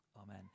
amen